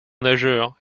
nageur